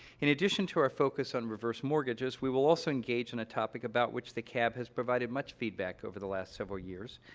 in addition to our focus on reverse mortgages, we will also engage in a topic about which the cab has provided much feedback over the last several years,